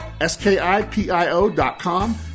S-K-I-P-I-O.com